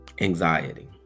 anxiety